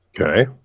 okay